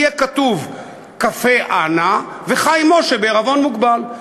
יהיה כתוב "קפה אנה" ו"חיים משה בעירבון מוגבל"?